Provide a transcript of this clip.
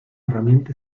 herramienta